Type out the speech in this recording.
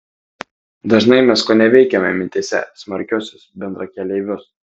dažnai mes koneveikiame mintyse smarkiuosius bendrakeleivius